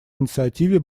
инициативе